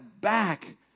back